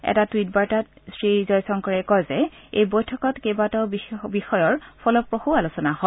এটা টুইট বাৰ্তাত শ্ৰী জয়শংকৰে কয় যে এই বৈঠকত কেইবাটাও বিষয়ৰ ফলপ্ৰসূ আলোচনা হয়